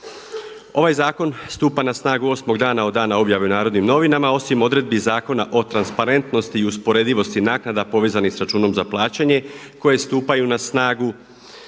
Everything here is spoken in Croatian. Ovaj zakon stupa na snagu 8 dana od dana objave u Narodnim novinama, osim odredbi Zakona o transparentnosti i usporedivosti naknada povezanih sa računom za plaćanje koje stupaju na snagu